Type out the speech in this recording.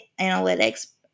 analytics